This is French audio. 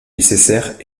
nécessaire